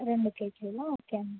రెండు కేజీలా ఓకే అండి